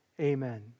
amen